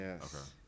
Yes